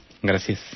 Gracias